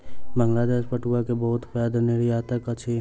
बांग्लादेश पटुआ के बहुत पैघ निर्यातक अछि